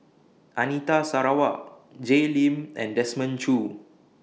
Anita Sarawak Jay Lim and Desmond Choo